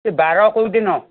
ଏ ବାର କେଉଁ ଦିନ